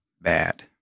bad